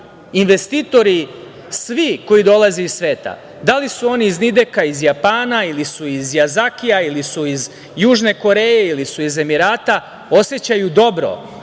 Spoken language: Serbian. investitori, svi koji dolaze iz sveta, da li su oni iz Nideka, iz Japana ili su iz Jazakija ili su iz Južne Koreje, ili su iz Emirata, osećaju dobro,